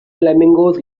flamingos